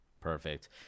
perfect